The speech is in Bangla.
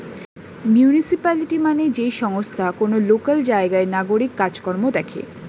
মিউনিসিপালিটি মানে যেই সংস্থা কোন লোকাল জায়গার নাগরিক কাজ কর্ম দেখে